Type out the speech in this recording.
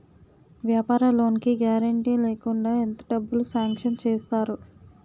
వ్యాపార లోన్ కి గారంటే లేకుండా ఎంత డబ్బులు సాంక్షన్ చేస్తారు?